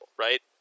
right